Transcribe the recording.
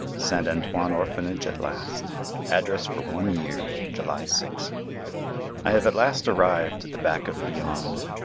st. antoine orphanage at last address for one year july six i have at last arrived at the back of beyond.